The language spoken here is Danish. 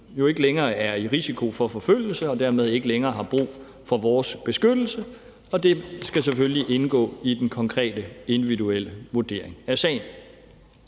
ikke længere er i risiko for forfølgelse og dermed ikke længere har brug for vores beskyttelse, og det skal selvfølgelig indgå i den konkrete individuelle vurdering af sagen.